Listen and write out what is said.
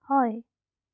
হয়